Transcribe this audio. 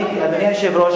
אדוני היושב-ראש,